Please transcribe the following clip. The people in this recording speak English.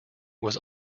was